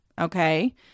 Okay